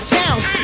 towns